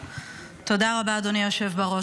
תודה רבה, אדוני היושב בראש.